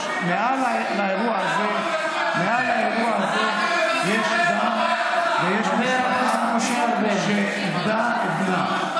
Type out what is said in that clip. מעל האירוע הזה יש משפחה שאיבדה את בנה.